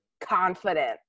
confident